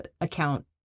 account